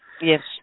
Yes